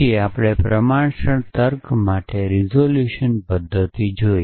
પછી આપણે પ્રમાણસર તર્ક માટે રીઝોલ્યુશન પદ્ધતિ જોઇ